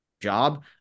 job